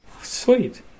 Sweet